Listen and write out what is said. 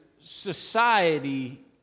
society